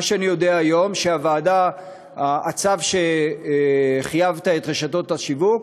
הוא שלגבי הצו שבו חייבת את רשתות השיווק,